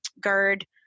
GERD